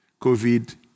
COVID